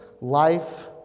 Life